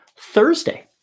Thursday